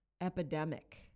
epidemic